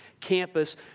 campus